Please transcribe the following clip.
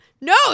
No